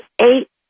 eight